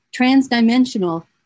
transdimensional